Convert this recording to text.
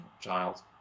child